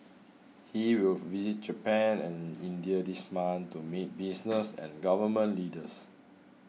he will visit Japan and India this month to meet business and Government Leaders